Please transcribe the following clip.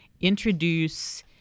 introduce